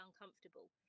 uncomfortable